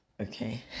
Okay